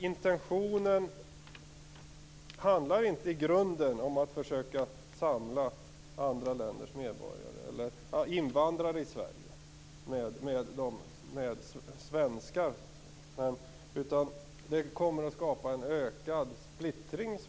Intentionen handlar i grunden inte om att försöka att närma invandrare i Sverige till svenskar, utan den kommer att skapa en ökad splittring.